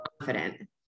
confident